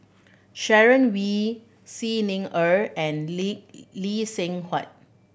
Sharon Wee Xi Ni Er and Lee Lee Seng Huat